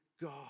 God